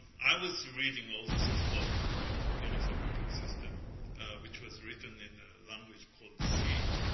i was reading all the source code of unix operating system which was written in a language called c,